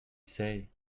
say